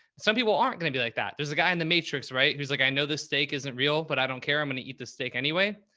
some people aren't going to be like that. there's a guy in the matrix, right? who's like, i know this steak isn't real, but i don't care. i'm going to eat the steak anyway.